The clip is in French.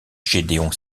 gédéon